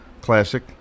classic